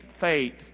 faith